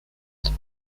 that